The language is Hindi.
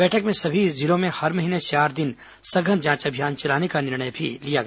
बैठक में सभी जिलों में हर महीने चार दिन सघन जांच अभियान चलाने का निर्णय लिया गया